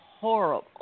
horrible